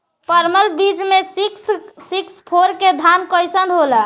परमल बीज मे सिक्स सिक्स फोर के धान कईसन होला?